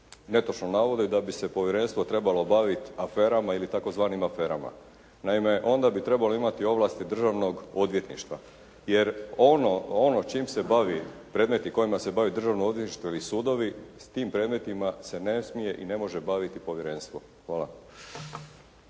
netočno navodi da bi se povjerenstvo trebalo baviti aferama ili tzv. aferama. Naime, onda bi trebali imati ovlasti državnog odvjetništva jer ono čim se bavi, predmeti kojima se bavi državno odvjetništvo ili sudovi, s tim predmetima se ne smije i ne može baviti povjerenstvo. Hvala.